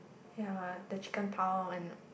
ya the chicken pau and